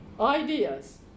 ideas